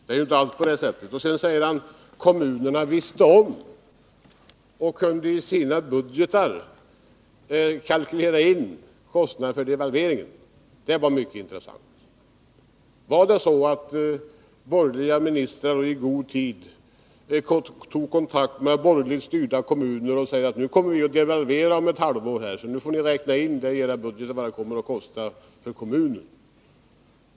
Men därefter sade Rolf Rämgård något mycket intressant, nämligen att kommunerna visste om och kunde i sina budgetar kalkylera in kostnaderna för de devalveringar som de borgerliga regeringarna gjorde. Tog borgerliga ministrar i god tid kontakt med borgerligt styrda kommuner och sade till dem att om ett halvår blir det devalvering, så nu gäller det att räkna in i budgeten vad det kommer att kosta för kommunen?